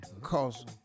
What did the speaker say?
cause